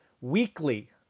Weekly